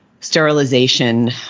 Sterilization